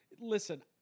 Listen